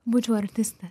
būčiau artistė